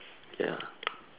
ya